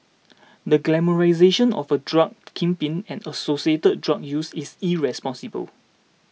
the glamorisation of a drug kingpin and associated drug use is irresponsible